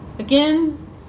Again